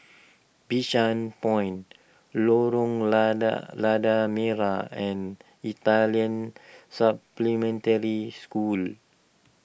Bishan Point Lorong Lada Lada Merah and Italian Supplementary School